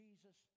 Jesus